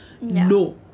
no